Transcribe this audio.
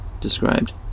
described